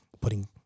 putting